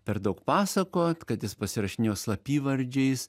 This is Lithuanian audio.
per daug pasakot kad jis pasirašinėjo slapyvardžiais